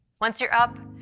once you're up,